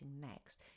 next